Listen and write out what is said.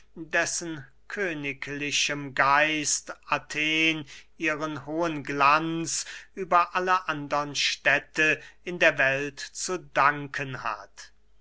dessen königlichem geist athen ihren hohen glanz über alle andern städte in der welt zu danken hat